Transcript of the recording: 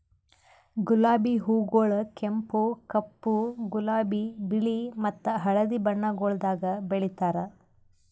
ಗುಲಾಬಿ ಹೂಗೊಳ್ ಕೆಂಪು, ಕಪ್ಪು, ಗುಲಾಬಿ, ಬಿಳಿ ಮತ್ತ ಹಳದಿ ಬಣ್ಣಗೊಳ್ದಾಗ್ ಬೆಳೆತಾರ್